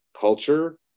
culture